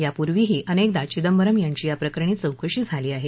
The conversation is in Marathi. यापूर्वीही अनेकदा चिदंबरम यांची या प्रकरणी चौकशी झाली आहे